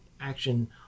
action